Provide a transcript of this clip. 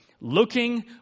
looking